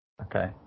Okay